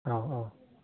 औ औ